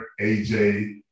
aj